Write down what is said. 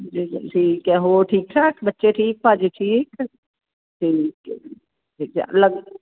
ਠੀਕ ਹੈ ਹੋਰ ਠੀਕ ਠਾਕ ਬੱਚੇ ਠੀਕ ਭਾਅ ਜੀ ਠੀਕ ਠੀਕ ਹੈ ਜੀ